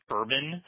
urban